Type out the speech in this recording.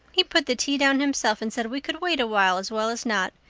he put the tea down himself and said we could wait awhile as well as not.